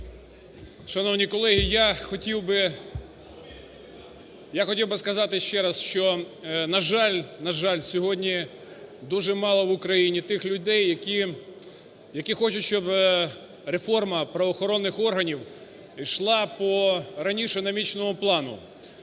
Шановні колеги, я хотів би сказати ще раз, що, на жаль, на жаль, сьогодні дуже мало в Україні тих людей, які хочуть, щоб реформа правоохоронних органів йшла по раніше наміченому плану.